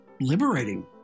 liberating